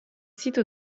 sito